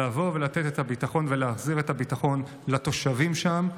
לבוא ולתת את הביטחון ולהחזיר את הביטחון לתושבים שם,